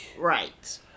Right